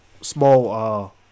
small